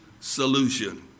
solution